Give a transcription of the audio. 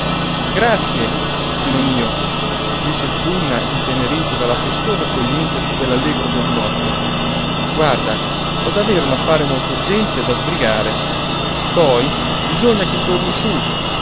grazie tino mio disse il ciunna intenerito dalla festosa accoglienza dell'allegro giovinotto guarda ho davvero un affare molto urgente da sbrigare poi bisogna che torni su